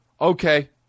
okay